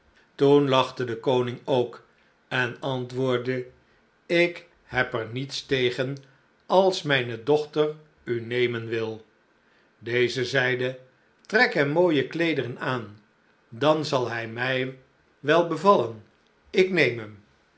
toen lachte de koning ook en antwoordde ik heb er niets tegen als mijne dochter u nemen wil deze zeide trek hem mooije kleederen aan dan zal hij mij wel bevallen ik neem hem